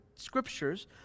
scriptures